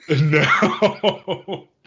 No